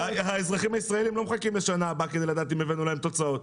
האזרחים הישראלים לא מחכים לשנה הבאה כדי לדעת אם הבאנו להם תוצאות.